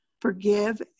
forgive